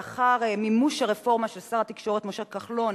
לאחר מימוש הרפורמה של שר התקשורת משה כחלון